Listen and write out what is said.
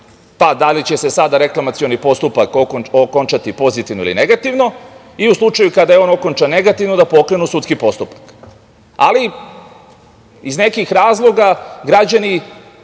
pa da li će se sada reklamacioni postupak okončati pozitivno ili negativno i u slučaju kada je on okončan negativno da pokrenu sudski postupak. Iz nekih razloga građani